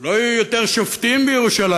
לא יהיו יותר שופטים בירושלים,